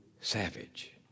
savage